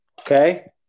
Okay